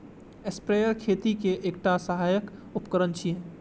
sprayer खेती के एकटा सहायक उपकरण छियै